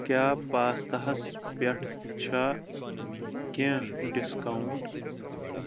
کیٛاہ پاستا ہَس پٮ۪ٹھ چھا کینٛہہ ڈسکاونٹ